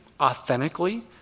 authentically